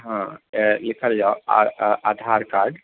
हँ लिखल जाओ आधार कार्ड